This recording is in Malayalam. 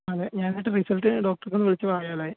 അതേ ഞാൻ എന്നിട്ട് റിസൽട്ട് ഡോക്ടർക്ക് ഒന്ന് വിളിച്ചു പറയലായി